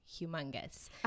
humongous